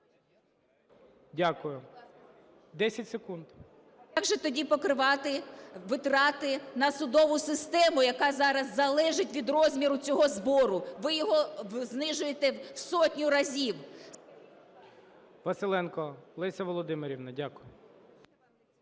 секунд. ЮЖАНІНА Н.П. Як же тоді покривати витрати на судову систему, яка зараз залежить від розміру цього збору? Ви його знижуєте в сотню разів. ГОЛОВУЮЧИЙ. Василенко Леся Володимирівна. Дякую.